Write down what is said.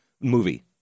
movie